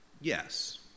yes